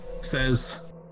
says